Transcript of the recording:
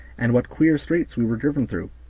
and what queer streets we were driven through.